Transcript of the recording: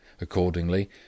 Accordingly